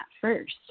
first